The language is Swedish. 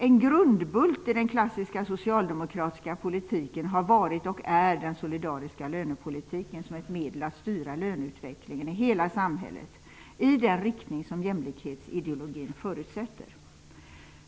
En grundbult i den klassiska socialdemokratiska politiken har varit och är den solidariska lönepolitiken som ett medel att styra löneutvecklingen i hela samhället i den riktning som jämlikhetsideologin förutsätter.